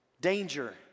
danger